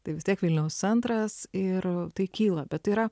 tai vis tiek vilniaus centras ir tai kyla bet yra